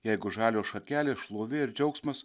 jeigu žalios šakelės šlovė ir džiaugsmas